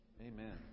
Amen